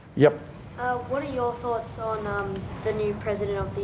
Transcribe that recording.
yeah what are your thoughts on the new president